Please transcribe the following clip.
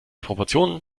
proportionen